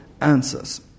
answers